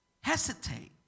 hesitate